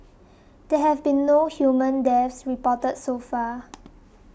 there have been no human deaths reported so far